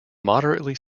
moderately